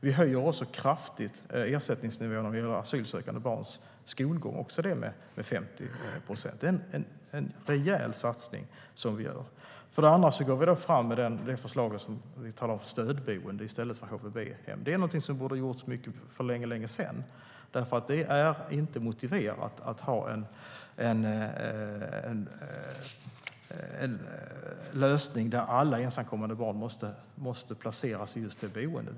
Vi höjer också ersättningsnivåerna kraftigt - också det med 50 procent - för asylsökande barns skolgång. Det är en rejäl satsning som vi gör. För det andra går vi fram med ett förslag där vi talar om stödboende i stället för HVB-hem. Det är någonting som borde ha gjorts för länge sedan. Det är nämligen inte motiverat att ha en lösning där alla ensamkommande barn måste placeras i just ett sådant boende.